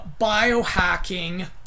biohacking